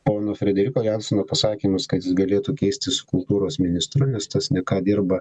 pono frederiko jansono pasakymus kad jis galėtų keistis su kultūros ministru nes tas ne ką dirba